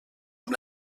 amb